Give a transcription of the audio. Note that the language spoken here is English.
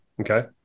Okay